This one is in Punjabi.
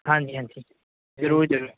ਹਾਂਜੀ ਹਾਂਜੀ ਜ਼ਰੂਰ ਜ਼ਰੂਰ